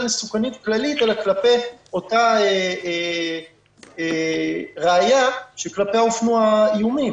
מסוכנות כללית אלא כלפי אותה ראיה שכלפיה הופנו האיומים.